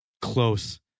close